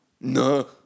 No